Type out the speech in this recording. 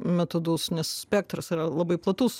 metodus nes spektras yra labai platus